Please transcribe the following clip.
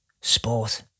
sport